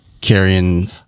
carrying